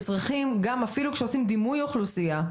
גם אפילו כשעושים דימוי אוכלוסייה,